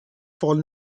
fall